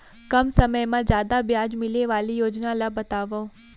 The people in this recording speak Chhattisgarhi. कम समय मा जादा ब्याज मिले वाले योजना ला बतावव